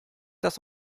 das